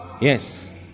Yes